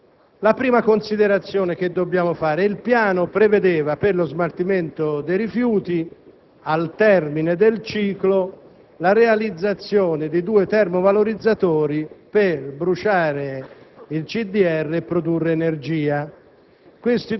La prima considerazione da fare è la seguente: il piano in questione prevedeva per lo smaltimento dei rifiuti, al termine del ciclo, la realizzazione di due termovalorizzatori per bruciare il CDR e produrre energia.